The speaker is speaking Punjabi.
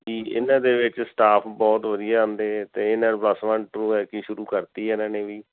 ਜੀ ਇਹਨਾਂ ਦੇ ਵਿੱਚ ਸਟਾਫ ਬਹੁਤ ਵਧੀਆ ਆਉਂਦੇ ਅਤੇ ਇਹਨਾਂ ਪਲੱਸ ਵੰਨ ਟੂ ਐਤਕੀ ਸ਼ੁਰੂ ਕਰਤੀ ਇਹਨਾਂ ਨੇ ਵੀ